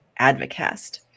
Advocast